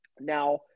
Now